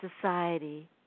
society